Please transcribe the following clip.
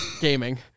gaming